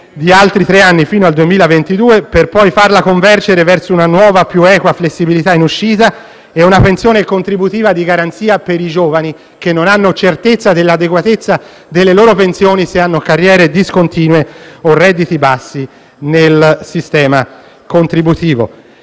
opzione donna, fino al 2022, per poi farla convergere verso una nuova e più equa flessibilità in uscita, e una pensione contributiva di garanzia per i giovani che non hanno certezza dell'adeguatezza delle loro pensioni, se hanno carriere discontinue o redditi bassi nel sistema contributivo.